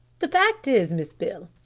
the fact is, miss beale,